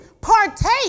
partake